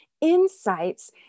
insights